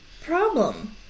problem